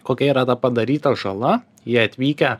kokia yra ta padaryta žala jie atvykę